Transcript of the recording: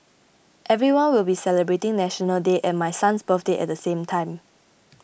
everyone will be celebrating National Day and my son's birthday at the same time